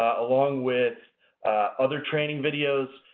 along with other training videos,